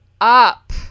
up